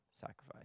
sacrifice